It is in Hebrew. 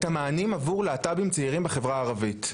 המענים עבור צעירים להט״בים בחברה הערבית?